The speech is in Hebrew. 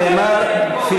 אל תעביר עלי ביקורת.